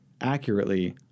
accurately –